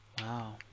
Wow